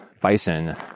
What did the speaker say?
bison